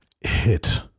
hit